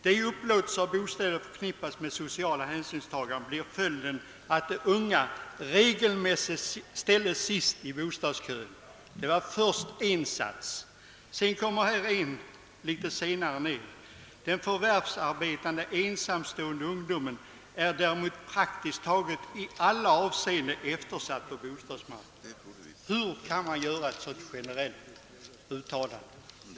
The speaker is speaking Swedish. Då upplåtelse av bostäder förknippats med sociala hänsynstaganden blir följden att de unga regelmässigt ställs sist i bostadskön.» Litet senare kommer följande sats: »Den förvärvsarbetande ensamstående ungdomen är däremot i praktiskt taget alla avseenden eftersatt på bostadsmarknaden.» Hur kan man göra ett så generellt uttalande?